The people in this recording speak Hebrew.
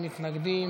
(דחיית מועד התחילה של מימון תקני מתנדבים),